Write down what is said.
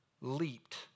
leaped